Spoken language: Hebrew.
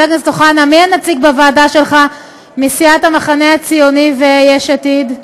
מי הנציג בוועדה שלך מסיעת המחנה הציוני ויש עתיד?